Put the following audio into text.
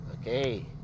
okay